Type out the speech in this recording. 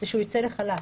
שהוא יצא לחל"ת.